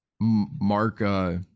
Mark